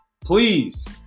Please